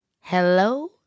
hello